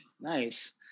Nice